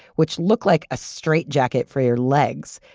which look like a straight-jacket for your legs.